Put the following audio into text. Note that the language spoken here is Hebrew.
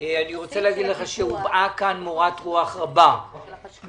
אני רוצה להגיד לך שהובעה כאן מורת רוח רבה מן